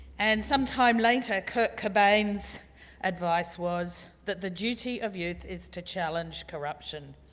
and sometime later kurt cobain's advice was that the duty of youth is to challenge corruption.